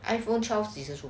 iphone twelve 几时出